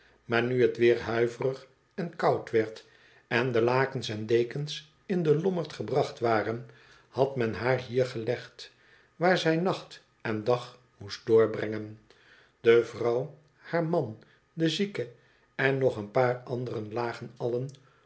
maar nu het weer huiverig en koud werd en de lakens en dekens in den lommerd gebracht waren had men haar hier gelegd waar zij nacht en dag moest doorbrengen de vrouw haar man de zieke en nog een paar anderen lagen allen